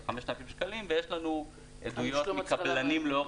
ב-5,000 שקלים ויש לנו עדויות מקבלנים לאורך